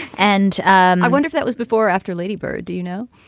and i wonder if that was before after lady bird. you you know,